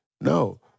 No